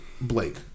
Blake